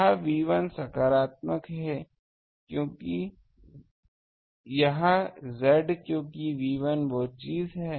यह B 1 सकारात्मक है यह Z क्योंकि B 1वो चीज है